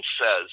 says